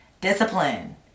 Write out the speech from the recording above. Discipline